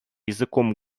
языком